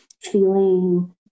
feeling